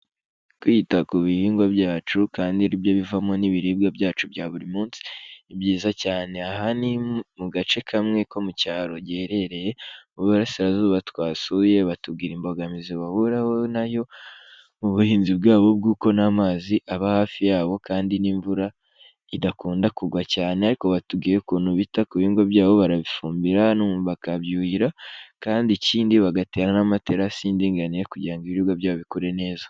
Kwita ku bihingwa byacu kandi ari byo bivamo n'ibiribwa byacu bya buri munsi, ni byiza cyane. Aha ni mu gace kamwe ko mu cyaro giherereye mu burasirazuba twasuye, batubwira imbogamizi bahuraho nayo, mu buhinzi bwabo bw'uko nta mazi aba hafi yabo kandi n'imvura idakunda kugwa cyane, ariko batubwiye ukuntu bita ku bigo byabo barabifumbira, bakabyuhira, kandi ikindi bagatera n'amaterasi y'indinganiye kugira ngo ibiribwa byabo bikure neza.